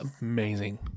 amazing